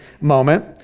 moment